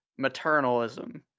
maternalism